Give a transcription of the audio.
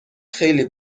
خیلی